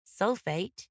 Sulfate